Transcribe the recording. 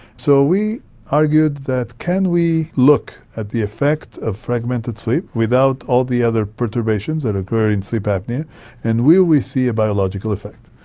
so we argued that can we look at the effect of fragmented sleep without all the other perturbations that occur in sleep apnoea and will we see a biological effect?